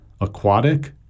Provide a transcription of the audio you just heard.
Aquatic